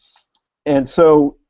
and so